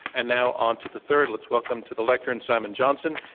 and now on to the third. let's welcome to the lectern simon johnson.